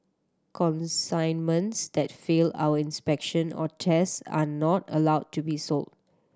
consignments that fail our inspection or test are not allowed to be sold